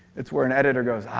it's where an editor goes,